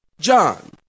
John